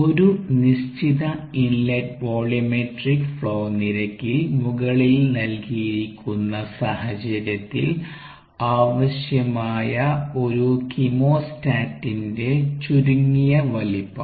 ഒരു നിശ്ചിത inlet volumetric flow നിരക്കിൽ മുകളിൽ നൽകിയിരിക്കുന്ന സാഹചര്യത്തിൽ ആവശ്യമായ ഒരു കീമോസ്റ്റ്ടത്തിന്റെ ചുരുങ്ങിയ വലിപ്പം